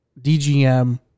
DGM